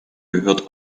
gehört